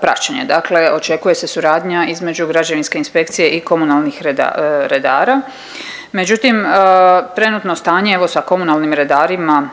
praćenje. Dakle očekuje se suradnja između građevinske inspekcije i komunalnih redara. Međutim, trenutno stanje evo, sa komunalnim redarima